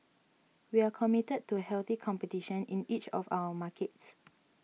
we are committed to healthy competition in each of our markets